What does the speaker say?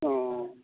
ᱚᱻ